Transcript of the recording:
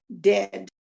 dead